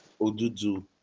Odudu